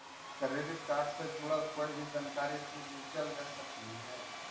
credit card से जुड़ल कोई भी जानकारी तु डिजिटली ले सकलहिं हे